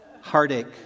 Heartache